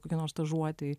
kokioj nors stažuotėj